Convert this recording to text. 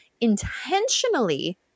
intentionally